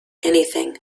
anything